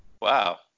wow